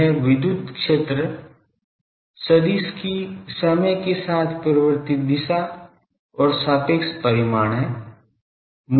यह विद्युत क्षेत्र सदिश की समय के साथ परिवर्तित दिशा और सापेक्ष परिमाण है